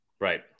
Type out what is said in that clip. Right